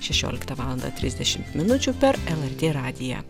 šešioliktą valandą trisdešimt minučių per lrt radiją